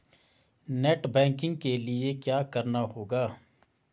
Net banking के लिए क्या करना होगा?